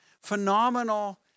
Phenomenal